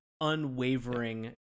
unwavering